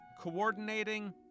coordinating